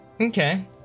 Okay